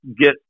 get